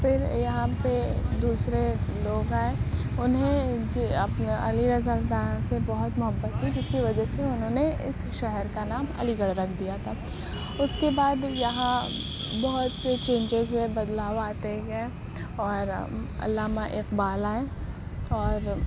پھر یہاں پہ دوسرے لوگ آئے انہیں اپنے علی رضا بہن سے بہت محبت تھی جس کہ وجہ سے انہوں نے اس شہر کا نام علی گڑھ رکھ دیا تھا اس کے بعد یہاں بہت سے چینجز ہوئے بدلاؤ آتے گئے اور علامہ اقبال آئے اور